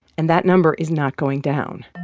and that number is not going down.